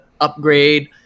upgrade